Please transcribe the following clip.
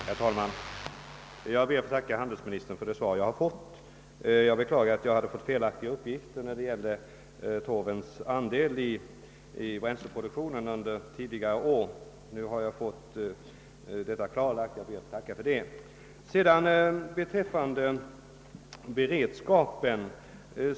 Herr talman! Jag ber att få tacka handelsministern för svaret på min interpellation. Jag beklagar att jag hade fått felaktiga uppgifter när det gällde torvens andel i bränsleproduktionen under tidigare år. Nu har jag fått detta klarlagt, och jag ber att få tacka för det.